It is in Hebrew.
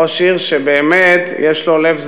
ראש עיר שבאמת יש לו לב זהב,